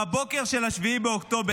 בבוקר של 7 באוקטובר,